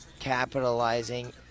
capitalizing